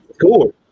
Cool